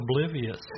oblivious